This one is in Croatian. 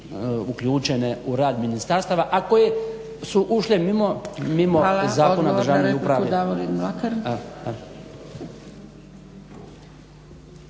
uključene u rad ministarstava, a koje su ušle mimo Zakona o državnoj upravi.